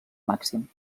màxim